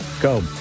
Go